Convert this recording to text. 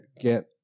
get